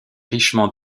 richement